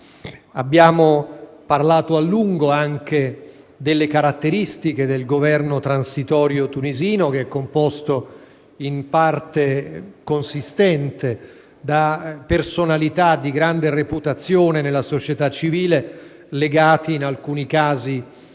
Abbiamo parlato a lungo anche delle caratteristiche del Governo transitorio tunisino che è composto in parte consistente da personalità di grande reputazione nella società civile, in alcuni casi